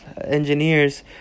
engineers